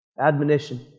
admonition